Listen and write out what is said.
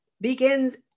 begins